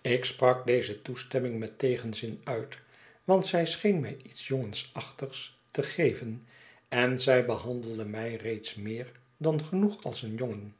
ik sprak deze toestemming mettegenzin uit want zij scheen mij iets jongensachtig te geven en zij behandelde mij reeds meer dan genoeg als een jongen